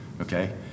okay